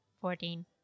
Fourteen